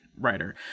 writer